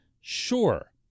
Sure